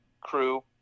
crew